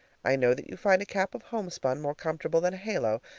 i know that you find a cap of homespun more comfortable than a halo,